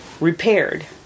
repaired